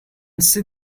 see